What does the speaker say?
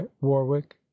warwick